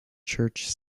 church